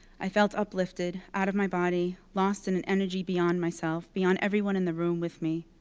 i felt uplifted, out of my body, lost in an energy beyond myself, beyond everyone in the room with me.